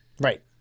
Right